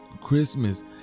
Christmas